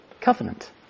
covenant